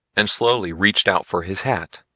and slowly reached out for his hat